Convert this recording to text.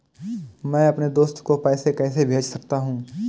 मैं अपने दोस्त को पैसे कैसे भेज सकता हूँ?